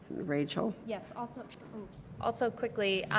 rachel. yeah also also quickly.